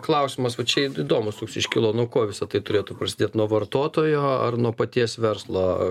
klausimas va čia id įdomus iškilo nuo ko visa tai turėtų prasidėt nuo vartotojo ar nuo paties verslo